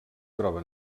troba